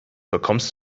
bekommst